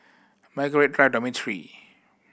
Margaret Drive Dormitory